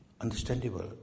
understandable